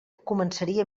començaria